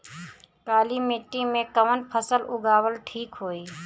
काली मिट्टी में कवन फसल उगावल ठीक होई?